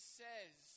says